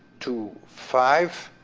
two, five,